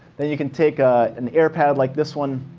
then you can take ah an air pad like this one.